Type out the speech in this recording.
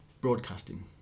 broadcasting